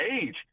age